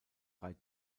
drei